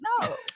no